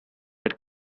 had